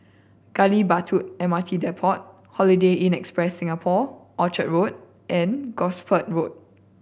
Gali Batu M R T Depot Holiday Inn Express Singapore Orchard Road and Gosport Road